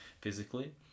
Physically